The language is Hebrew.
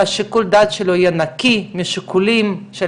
ששיקול הדעת שלו יהיה נקי משיקולים של